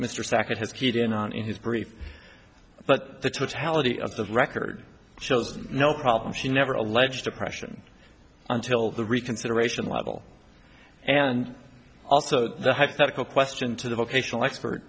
mr sacket has keyed in on in his brief but the totality of the record shows no problem she never alleged depression until the reconsideration level and also the hypothetical question to the vocational expert